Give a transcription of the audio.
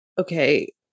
okay